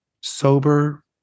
sober